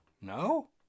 No